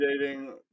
dating